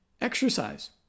exercise